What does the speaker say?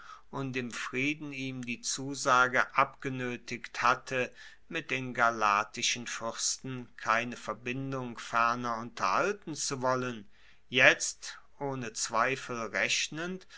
und im frieden ihm die zusage abgenoetigt hatte mit den galatischen fuersten keine verbindung ferner unterhalten zu wollen jetzt ohne zweifel rechnend